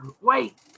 Wait